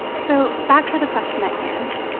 so back to the question at hand.